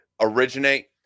originate